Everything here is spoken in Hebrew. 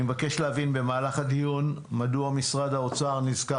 אני מבקש להבין במהלך הדיון מדוע משרד האוצר נזכר